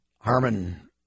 Harmon